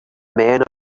men